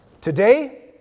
today